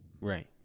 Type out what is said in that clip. Right